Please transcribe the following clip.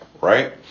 Right